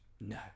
No